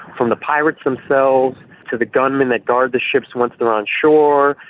from the pirates themselves to the gunmen that guard the ships once they're on shore,